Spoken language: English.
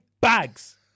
bags